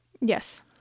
Yes